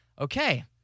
okay